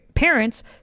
Parents